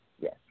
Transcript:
Yes